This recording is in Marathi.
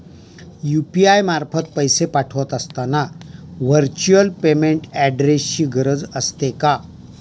यु.पी.आय मार्फत पैसे पाठवत असताना व्हर्च्युअल पेमेंट ऍड्रेसची गरज असते का?